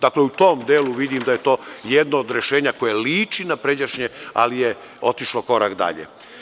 Dakle, u tom delu vidim da je to jedno od rešenja koje liči na pređašnje, ali je otišlo korak dalje.